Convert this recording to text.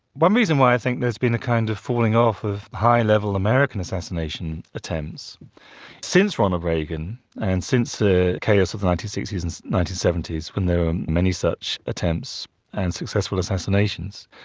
one reason why i think there's been a kind of falling off of high-level american assassination attempts since ronald reagan and since the ah chaos of the nineteen sixty s and nineteen seventy s when there were many such attempts and successful assassinations,